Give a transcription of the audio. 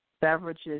beverages